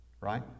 Right